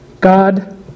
God